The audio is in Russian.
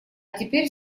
теперь